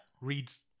reads